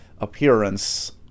appearance